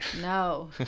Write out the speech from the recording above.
no